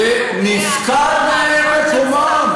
ונפקד מקומם,